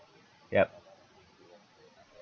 yup